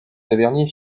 tavernier